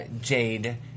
Jade